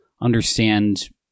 understand